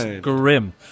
grim